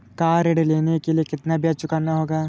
Car ऋण के लिए कितना ब्याज चुकाना होगा?